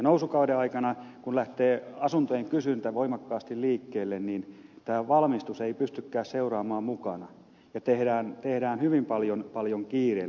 nousukauden aikana kun asuntojen kysyntä lähtee voimakkaasti liikkeelle valmistus ei pystykään seuraamaan mukana ja tehdään hyvin paljon kiireellä